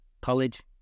college